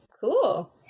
Cool